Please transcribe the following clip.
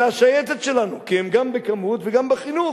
אלה השייטת שלנו, כי הם גם בכמות וגם בחינוך.